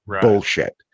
Bullshit